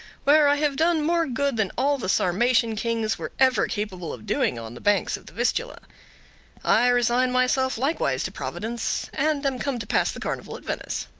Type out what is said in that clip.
where i have done more good than all the sarmatian kings were ever capable of doing on the banks of the vistula i resign myself likewise to providence, and am come to pass the carnival at venice.